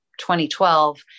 2012